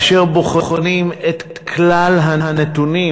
ובה בוחנים את כלל הנתונים